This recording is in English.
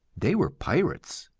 they were pirates.